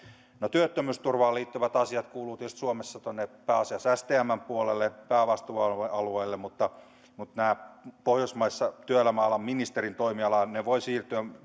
työttömyysturvaan liittyvät asiat kuuluvat suomessa tietysti pääasiassa stmn puolelle päävastuualueelle mutta mutta pohjoismaissa työelämäalan ministerin toimialaan voivat